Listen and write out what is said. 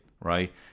right